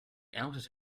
outed